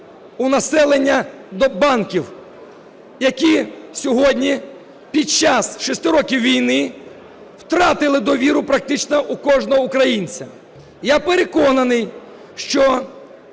у населення до банків, які сьогодні під час 6 років війни втратили довіру практично у кожного українця. Я переконаний, що